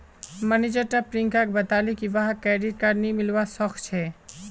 manager टा प्रियंकाक बताले की वहाक क्रेडिट कार्ड नी मिलवा सखछे